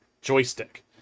joystick